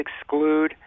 exclude